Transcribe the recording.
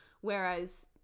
whereas